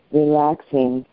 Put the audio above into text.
relaxing